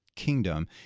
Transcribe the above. kingdom